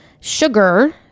Sugar